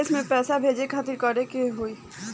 विदेश मे पैसा भेजे खातिर का करे के होयी?